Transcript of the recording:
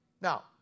Now